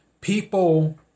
people